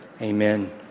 amen